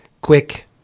quick